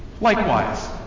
Likewise